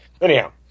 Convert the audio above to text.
Anyhow